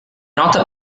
nota